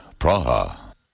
Praha